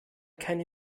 keine